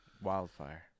wildfire